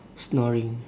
snoring